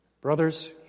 brothers